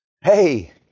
Hey